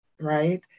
right